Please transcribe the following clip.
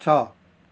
ଛଅ